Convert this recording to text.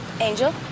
angel